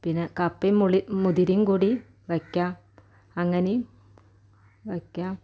പിന്നെ കപ്പയും മുളി മുതിരയും കൂടി വയ്ക്കാം അങ്ങനേയും വയ്ക്കാം